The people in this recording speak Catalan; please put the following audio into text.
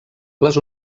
les